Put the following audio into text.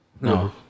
No